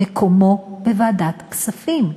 מקומו בוועדת הכספים,